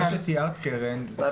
מה שתיארת, קרן, הוא